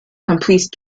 complete